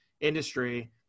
industry